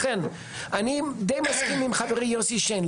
לכן אני די מסכים עם חברי יוסי שיין.